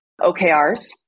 OKRs